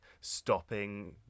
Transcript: stopping